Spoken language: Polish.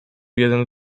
jeden